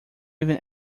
even